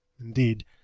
Indeed